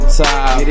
top